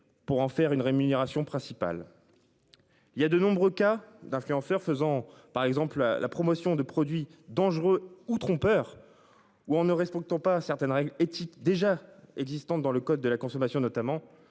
pour en faire une rémunération principale. Il y a de nombreux cas d'influenceurs faisant par exemple à la promotion de produits dangereux ou trompeurs. Ou en ne respectant pas certaines règles éthiques déjà existantes dans le code de la consommation notamment